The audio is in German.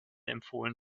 empfohlen